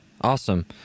Awesome